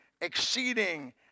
exceeding